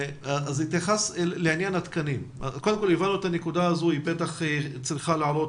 הבנו את הנקודה הזו והיא בוודאי צריכה להעלות